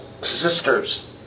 sisters